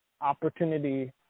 opportunity